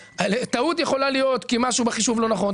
טעות יכולה להיות כי משהו בחישוב לא נכון,